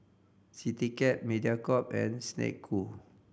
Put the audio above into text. Citycab Mediacorp and Snek Ku